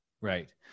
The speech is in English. Right